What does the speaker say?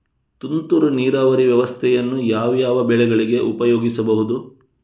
ತುಂತುರು ನೀರಾವರಿ ವ್ಯವಸ್ಥೆಯನ್ನು ಯಾವ್ಯಾವ ಬೆಳೆಗಳಿಗೆ ಉಪಯೋಗಿಸಬಹುದು?